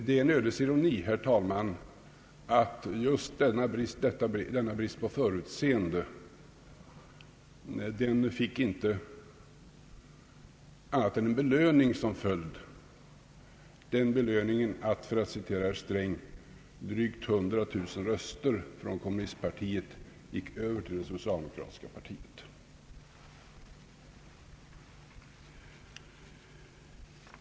Det är en ödets ironi, herr talman, att just denna brist på förutseende inte fick annat än en belöning som följd, den nämligen att — för att använda herr Strängs ord — drygt hundratusen röster från kommunistpartiet gick över till det socialdemokratiska partiet.